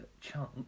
chunk